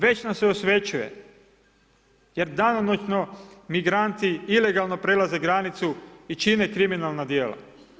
Već nam se osvećuje jer danonoćno migranti ilegalno prelaze granicu i čine kriminalna djela.